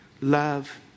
love